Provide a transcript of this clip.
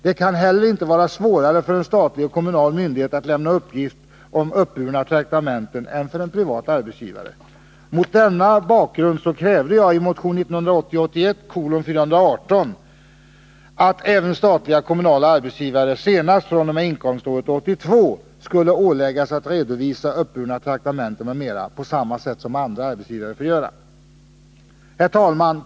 Det kan heller inte vara svårare för en statlig eller kommunal myndighet att lämna uppgift om uppburna traktamenten än vad det är för en privat arbetsgivare. Mot denna bakgrund krävde jag i motion 1980/81:418 att även statliga och kommunala arbetsgivare senast fr.o.m. inkomståret 1982 skulle åläggas att lämna uppgift om uppburna traktamenten på samma sätt som andra arbetsgivare. Herr talman!